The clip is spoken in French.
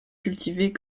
cultivée